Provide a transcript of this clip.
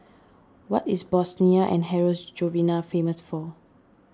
what is Bosnia and Herzegovina famous for